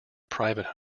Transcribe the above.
private